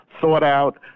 thought-out